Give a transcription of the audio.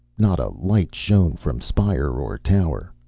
not a light shone from spire or tower.